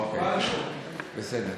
אוקיי, בסדר.